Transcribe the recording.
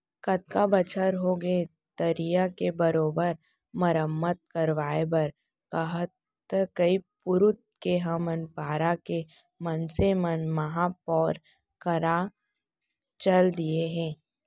कतका बछर होगे तरिया के बरोबर मरम्मत करवाय बर कहत कई पुरूत के हमर पारा के मनसे मन महापौर करा चल दिये हें